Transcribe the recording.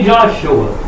Joshua